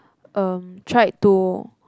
um tried to